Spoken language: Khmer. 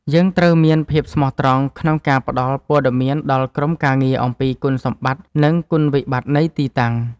យើងត្រូវមានភាពស្មោះត្រង់ក្នុងការផ្ដល់ព័ត៌មានដល់ក្រុមការងារអំពីគុណសម្បត្តិ និងគុណវិបត្តិនៃទីតាំង។